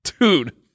Dude